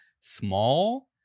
small